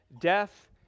death